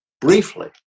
briefly